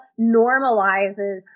normalizes